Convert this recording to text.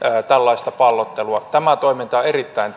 tällaista pallottelua tämä toiminta on erittäin